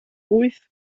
wyth